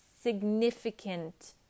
significant